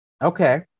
Okay